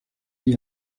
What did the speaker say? the